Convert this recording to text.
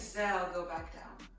so go back down.